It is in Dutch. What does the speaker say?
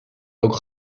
ook